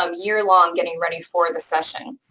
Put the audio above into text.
um year-long, getting ready for the session.